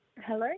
Hello